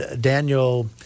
Daniel